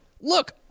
Look